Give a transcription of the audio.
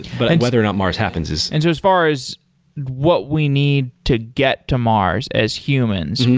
but like whether or not mars happens is and so as far as what we need to get to mars as humans,